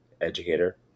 educator